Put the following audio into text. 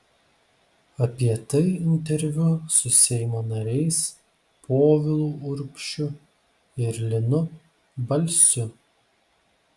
apie tai interviu su seimo nariais povilu urbšiu ir linu balsiu